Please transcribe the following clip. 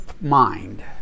mind